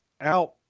out